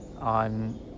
on